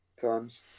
times